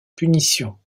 punition